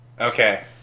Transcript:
Okay